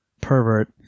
pervert